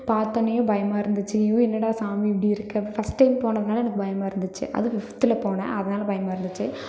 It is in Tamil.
பார்த்தோனையும் பயமாக இருந்துச்சு அய்யோ என்னடா சாமி இப்படி இருக்குது ஃபர்ஸ்ட் டைம் போனதுனால எனக்கு பயமாருந்துச்சு அதுவும் ஃபிஃப்த்ல போன அதனால் பயமாக இருந்துச்சு